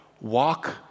Walk